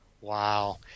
Wow